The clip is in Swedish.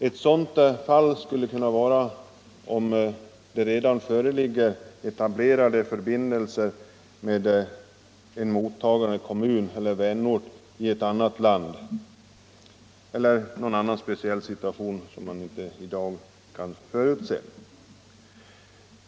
Ett sådant fall skulle kunna vara om det redan föreligger etablerade förbindelser med en mottagande kommun eller vänort i annat land eller någon annan speciell situation som man inte i dag kan förutse.